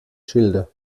schilde